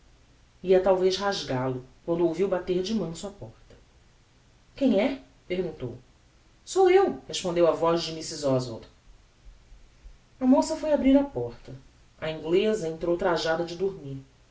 rasgal o quando ouviu bater de manso á porta quem é perguntou sou eu respondeu a voz de mrs oswald a moça foi abrir a porta a ingleza entrou trajada de dormir